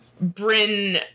Bryn